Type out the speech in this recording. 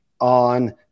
on